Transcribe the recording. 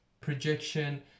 projection